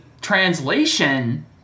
translation